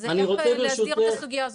אז צריך להסדיר את הסוגייה הזאת.